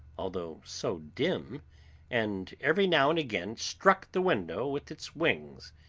although so dim and every now and again struck the window with its wings.